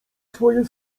swoje